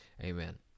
Amen